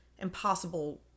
impossible